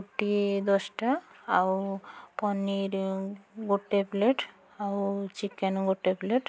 ରୁଟି ଦଶଟା ଆଉ ପନିର୍ ଗୋଟିଏ ପ୍ଲେଟ୍ ଆଉ ଚିକେନ୍ ଗୋଟିଏ ପ୍ଲେଟ୍